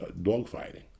dogfighting